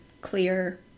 clear